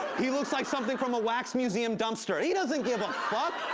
he looks like something from a wax museum dumpster. he doesn't give a fuck.